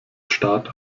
staat